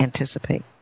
anticipate